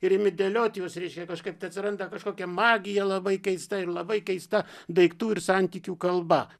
ir imi dėliot juos reikia kažkaip tai atsiranda kažkokia magija labai keista ir labai keista daiktų ir santykių kalba